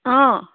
অঁ